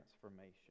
transformation